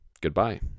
Goodbye